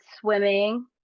swimming